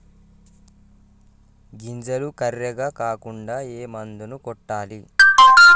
గింజలు కర్రెగ కాకుండా ఏ మందును కొట్టాలి?